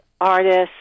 artists